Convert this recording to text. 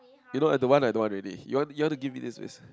you know I don't want I don't want already you want you want to give me this face